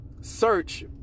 search